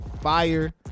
Fire